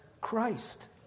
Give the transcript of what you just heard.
Christ